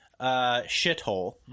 shithole